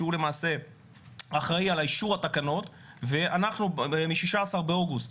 שהוא למעשה אחראי על אישור התקנות ומ-16 באוגוסט,